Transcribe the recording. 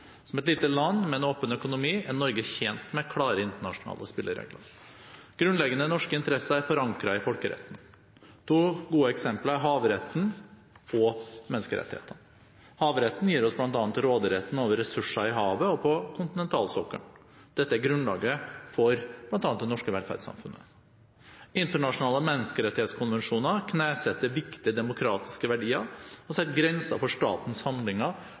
Som et lite land med en åpen økonomi er Norge tjent med klare internasjonale spilleregler. Grunnleggende norske interesser er forankret i folkeretten. To gode eksempler er havretten og menneskerettighetene. Havretten gir oss bl.a. råderetten over ressurser i havet og på kontinentalsokkelen. Dette er grunnlaget for bl.a. det norske velferdssamfunnet. Internasjonale menneskerettighetskonvensjoner knesetter viktige demokratiske verdier og setter grenser for statens handlinger